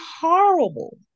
horrible